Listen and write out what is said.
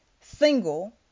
single